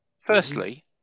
firstly